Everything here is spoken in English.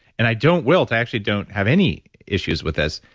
and i don't wilt, i actually don't have any issues with this.